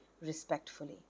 respectfully